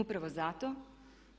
Upravo zato